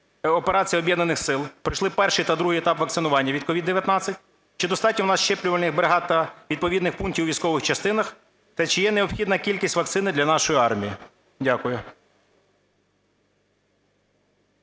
операції Об'єднаних сил пройшли перший та другий етап вакцинування від COVID-19? Чи достатньо у нас щеплювальних бригад та відповідних пунктів у військових частинах? Та чи є необхідна кількість вакцини для нашої армії? Дякую.